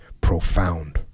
profound